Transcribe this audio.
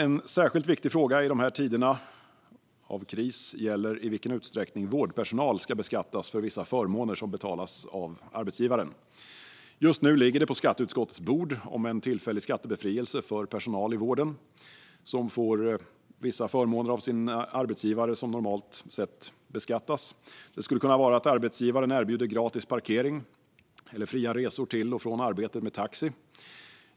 En särskilt viktig fråga i dessa tider av kris gäller i vilken utsträckning vårdpersonal ska beskattas för vissa förmåner som betalas av arbetsgivaren. Just nu ligger det på skatteutskottets bord en tillfällig skattebefrielse för personal i vården som får vissa förmåner av sin arbetsgivare som normalt sett beskattas. Det kan vara att arbetsgivaren erbjuder gratis parkering eller fria resor till och från arbetet med taxi.